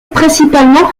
principalement